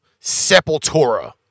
Sepultura